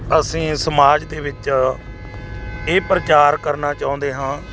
ਅਸੀਂ ਸਮਾਜ ਦੇ ਵਿੱਚ ਇਹ ਪ੍ਰਚਾਰ ਕਰਨਾ ਚਾਹੁੰਦੇ ਹਾਂ